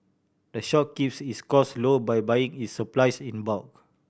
the shop keeps its costs low by buying its supplies in bulk